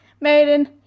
maiden